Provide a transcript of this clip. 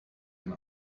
ein